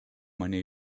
meine